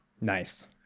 Nice